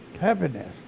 happiness